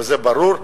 וזה ברור.